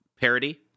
parody